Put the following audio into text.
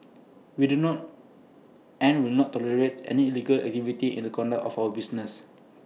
we do not and will not tolerate any illegal activity in the conduct of our business